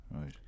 right